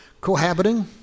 Cohabiting